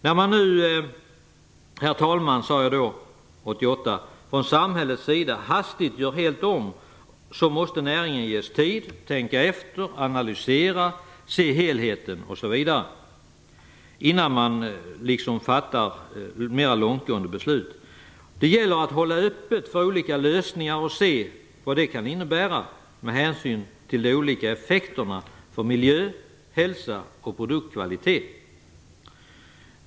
När man nu, herr talman, från samhällets sida hastigt gör helt om måste näringen ges tid, tänka efter, analysera, se helheten osv. innan man går vidare. Det gäller att hålla öppet för olika lösningar och se vad de kan innebära med hänsyn till de olika effekterna för miljö, hälsa och produktkvalitet.